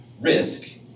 risk